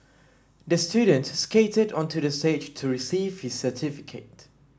the student skated onto the stage to receive his certificate